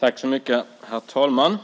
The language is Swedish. Herr talman!